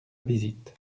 visite